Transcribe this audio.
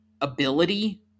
ability